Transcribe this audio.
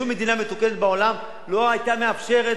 שום מדינה מתוקנת בעולם לא היתה מאפשרת